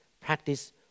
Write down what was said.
practice